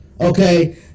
Okay